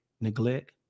neglect